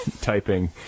typing